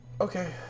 okay